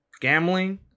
gambling